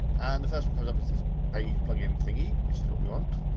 and the first one comes up, it says page plugin thingy, which is what we want.